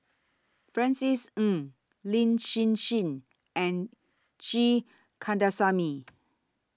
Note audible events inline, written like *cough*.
Francis Ng Lin Hsin Hsin and G Kandasamy *noise*